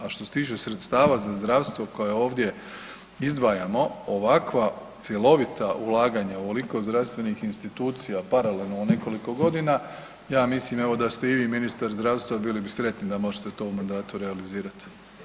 A što se tiče sredstava za zdravstvo koja ovdje izdvajamo, ovakva cjelovita ulaganja u ovoliko zdravstvenih institucija paralelno nekoliko godina, ja mislim evo da ste i vi ministar zdravstva, bili bi sretni da možete to u mandatu realizirati.